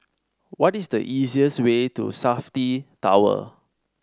what is the easiest way to Safti Tower